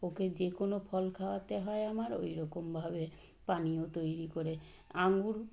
ওকে যে কোনও ফল খাওয়াতে হয় আমার ওইরকমভাবে পানীয় তৈরি করে আঙুর